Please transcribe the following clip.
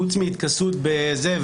חוץ מהתכסות בזה,